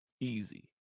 Easy